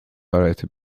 variety